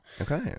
Okay